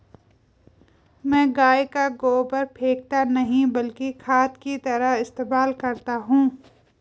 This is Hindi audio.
मैं गाय का गोबर फेकता नही बल्कि खाद की तरह इस्तेमाल करता हूं